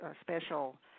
special